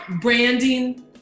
branding